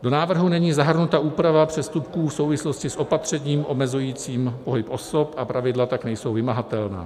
Do návrhu není zahrnuta úprava přestupků v souvislosti s opatřením omezujícím pohyb osob, a pravidla tak nejsou vymahatelná.